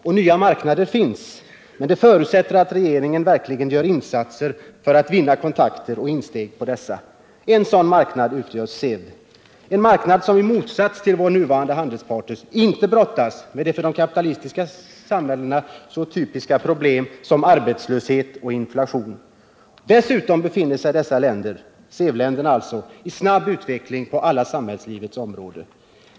Och nya marknader finns. Men det förutsätter att regeringen verkligen gör insatser för att vinna kontakter och insteg på dessa. En sådan marknad utgör SEV — en marknad som i motsats till våra nuvarande handelspartners inte brottas med de för de kapitalistiska samhällena så typiska problemen arbetslöshet och inflation. Dessutom befinner sig SEV-länderna i snabb utveckling på alla samhällslivets områden.